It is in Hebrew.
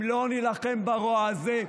אם לא נילחם ברוע הזה,